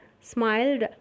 smiled